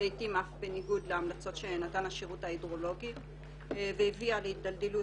לעתים אף בניגוד להמלצות שנתן השירות ההידרולוגי והביאה להידלדלות